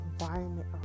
environment